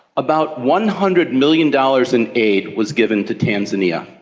about one hundred million dollars in aid was given to tanzania.